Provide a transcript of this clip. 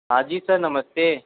हाँ जी सर नमस्ते